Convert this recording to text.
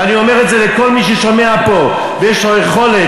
ואני אומר את זה לכל מי ששומע פה ויש לו יכולת.